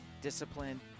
discipline